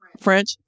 French